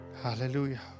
Hallelujah